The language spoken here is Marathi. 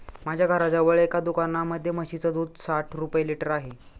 माझ्या घराजवळ एका दुकानामध्ये म्हशीचं दूध साठ रुपये लिटर आहे